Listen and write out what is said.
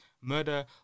murder